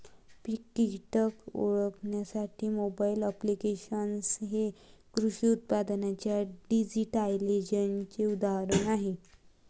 पीक कीटक ओळखण्यासाठी mobile applications हे कृषी उत्पादनांच्या डिजिटलायझेशनचे उदाहरण आहे